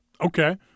Okay